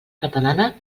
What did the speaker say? catalana